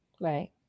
Right